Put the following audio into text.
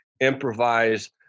improvise